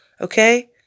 Okay